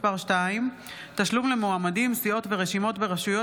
הודעה ללקוח על אודות יתרה בחשבון עובר ושב שאינה נושאת ריבית),